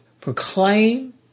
proclaim